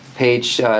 Page